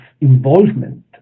involvement